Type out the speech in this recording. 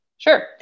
Sure